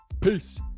Peace